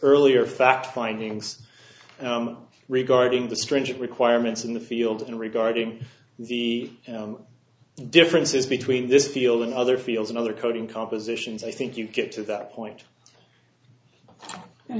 earlier fact findings regarding the stringent requirements in the field in regarding the differences between this field and other fields and other coding compositions i think you get to that point and